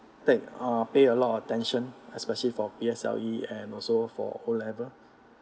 take uh pay a lot of attention especially for P_S_L_E and also for O level